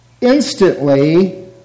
instantly